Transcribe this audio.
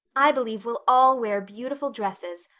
i believe we'll all wear beautiful dresses.